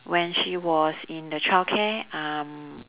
when she was in the childcare um